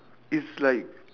it's like